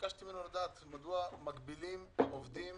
ביקשתי ממנו לדעת, מדוע מגבילים עובדים